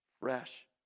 fresh